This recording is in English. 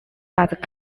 but